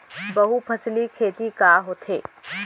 बहुफसली खेती का होथे?